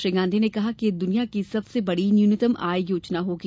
श्री गांधी ने कहा कि यह दुनिया की सबसे बड़ी न्यूनतम आय योजना होगी